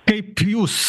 kaip jūs